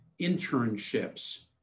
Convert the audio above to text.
internships